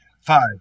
Five